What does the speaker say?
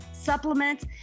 supplements